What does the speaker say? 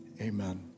Amen